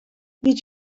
nid